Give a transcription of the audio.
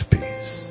Peace